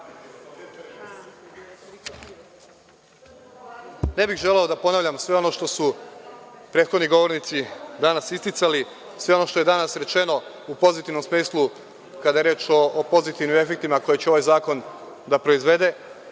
bih želeo da ponavljam sve ono što su prethodni govornici danas isticali, sve ono što je danas rečeno u pozitivnom smislu kada je reč o pozitivnim efektima koje će ovaj zakon da proizvede,